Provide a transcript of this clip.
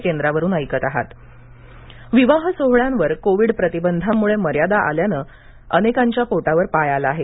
लग्नमंडळी विवाह सोहळ्यांवर कोविड प्रतिबंधांमुळे मर्यादा असल्यानं अनेकांच्या पोटावर पाय आला आहे